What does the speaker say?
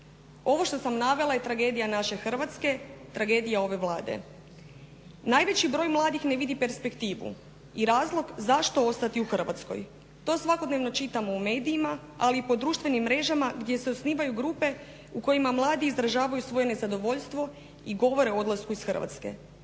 Ovo što sam navela je tragedija naše Hrvatske, tragedija ove vlade. Najveći broj mladih ne vidi perspektivu i razlog zašto ostati u Hrvatskoj. To svakodnevno čitamo u medijima ali i po društvenim mrežama gdje se osnivaju grupe u kojima mladi izražavaju svoje nezadovoljstvo i govore o odlasku iz Hrvatske.